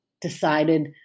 decided